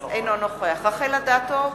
אינו נוכח רחל אדטו,